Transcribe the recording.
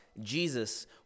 Jesus